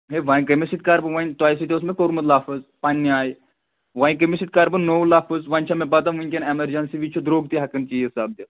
ہے وۄنۍ کٔمِس سۭتۍ کَرٕ بہٕ وۄنۍ تۄہہِ سۭتۍ اوس مےٚ کوٚرمُت لفظ پنٛنہِ آے وۄنۍ کٔمِس سۭتۍ کَرٕ بہٕ نوٚو لفظ وۄنۍ چھا مےٚ پَتہٕ وُنکٮ۪ن ایمَرجَنسی وِز چھِ درٛوگ تہِ ہٮ۪کان چیٖز سَپدِتھ